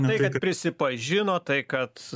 tai kad prisipažino tai kad